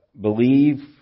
believe